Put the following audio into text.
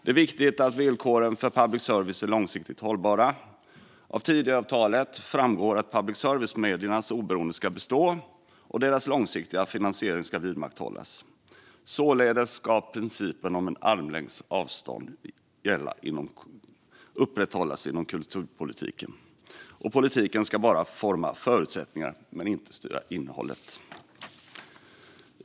Det är viktigt att villkoren för public service är långsiktigt hållbara. Av Tidöavtalet framgår att public service-mediernas oberoende ska bestå och deras långsiktiga finansiering vidmakthållas. Således ska principen om armlängds avstånd upprätthållas inom kulturpolitiken, och politiken ska bara forma förutsättningarna, inte styra innehållet.